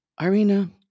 Irina